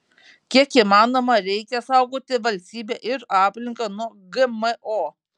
kiek įmanoma reikia saugoti valstybę ir aplinką nuo gmo